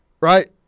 Right